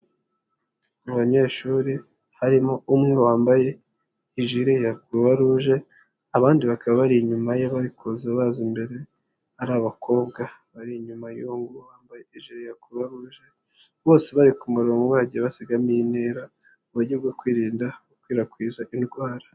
Mu banyeshuri harimo umwe wambaye ijire ya Croix Rouge abandi bakaba bari inyuma yabarikuza baza imbere ari abakobwa bari inyuma y'uwo nguwo wambaye ijire ya Croix Rouge bose bari ku murongo bagiye basigamo intera mu uburyo bwo kwirinda gukwirakwiza indwara.